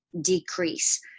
decrease